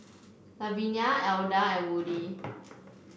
Lavenia Alda and Woody